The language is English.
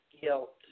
Guilt